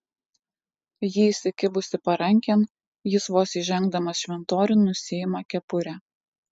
ji įsikibusi parankėn jis vos įžengdamas šventoriun nusiima kepurę